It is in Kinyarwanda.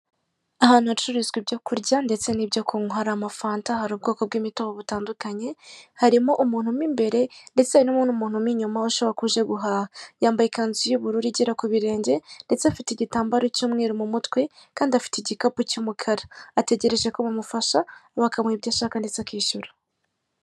Ahantu hacuruzwa ibyo kurya ndetse n'ibyo kunywa. Hari amafata, hari ubwoko bw'imitobe butandukanye, harimo umuntu mu imbere ndetse harimo n'undi muntu mo inyuma, ushobora kuba uje guhaha. Yambaye ikanzu y'ubururu igera ku birenge, ndetse afite igitambaro cy'umweru mu mutwe, kandi afite igikapu cy'umukara. Ategereje ko bamufasha bakamuha ibyo ashaka ndetse akishyura.